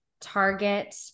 target